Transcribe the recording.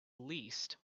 least